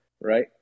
right